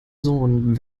sohn